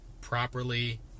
properly